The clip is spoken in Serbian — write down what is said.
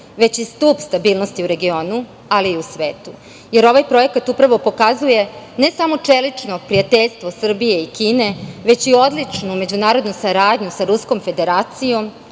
već i stub stabilnosti u regionu, ali i u svetu, jer ovaj projekat upravo pokazuje ne samo čelično prijateljstvo Srbije i Kine, već i odličnu međunarodnu saradnju sa Ruskom Federacijom,